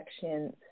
sections